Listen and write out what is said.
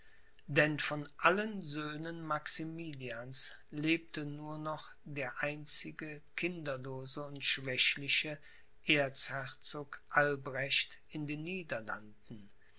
denn von allen söhnen maximilians lebte nur noch der einzige kinderlose und schwächliche erzherzog albrecht in den niederlanden